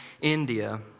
india